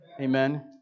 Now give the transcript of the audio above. Amen